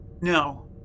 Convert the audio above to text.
No